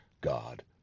God